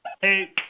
Hey